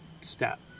step